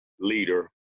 leader